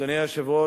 אדוני היושב-ראש,